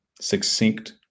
succinct